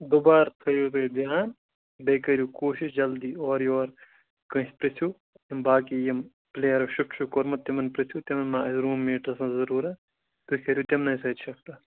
دُبار تھٲوِو تُہۍ دھیان بیٚیہِ کٔرِو کوٗشِش جَلدی اور یور کٲنٛسہِ پرٛژھِو باقٕے یِم پلیرَو شفٹہٕ چھُ کوٚرمُت تِمَن پرٕٛژھِو تِمَن ما آسہِ روٗم میٹ آسَن ضروٗرَت تُہۍ کٔرِو تِمنٕے سۭتۍ شِفٹہٕ